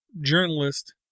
journalist